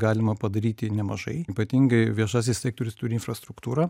galima padaryti nemažai ypatingai viešasis sektorius turi infrastruktūrą